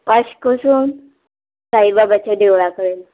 वाश्को सून साईबाबाच्या देवळा कडेन